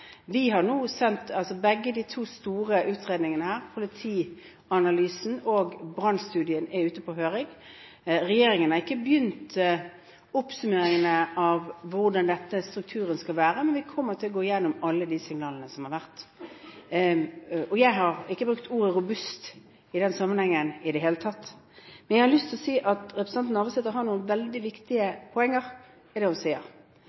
Begge de to store utredningene, politianalysen og Brannstudien, er ute på høring. Regjeringen har ikke begynt oppsummeringene av hvordan denne strukturen skal være, men vi kommer til å gå gjennom alle de signalene som har kommet. Jeg har ikke brukt ordet «robust» i den sammenhengen i det hele tatt. Jeg har lyst til å si at representanten Navarsete har noen veldig viktige poenger i det hun sier.